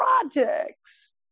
projects